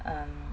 um